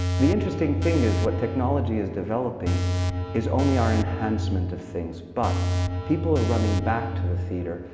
the interesting thing is what technology is developing is only our enhancement of things. but people are running back to the theater,